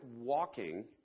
walking